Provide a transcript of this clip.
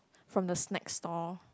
from the snacks stall